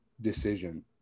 decision